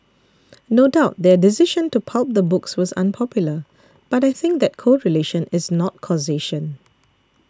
no doubt their decision to pulp the books was unpopular but I think that correlation is not causation